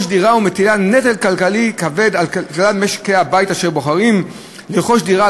דירה ומטילה נטל כלכלי כבד על כלל משקי-הבית אשר בוחרים לרכוש דירה.